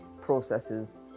processes